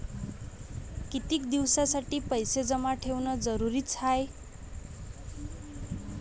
कितीक दिसासाठी पैसे जमा ठेवणं जरुरीच हाय?